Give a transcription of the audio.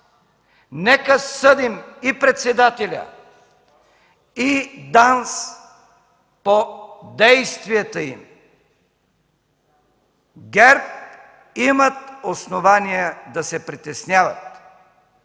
нека съдим и председателя, и ДАНС по действията им. ГЕРБ имат основание да се притесняват.